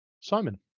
Simon